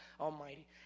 Almighty